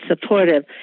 supportive